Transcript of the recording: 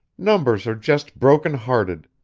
numbers are just broken-hearted.